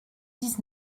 dix